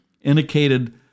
indicated